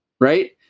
right